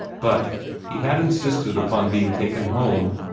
but he had insisted upon being taken home.